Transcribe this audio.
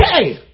okay